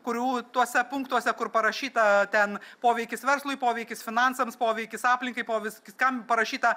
kurių tuose punktuose kur parašyta ten poveikis verslui poveikis finansams poveikis aplinkai poveikis viskam parašyta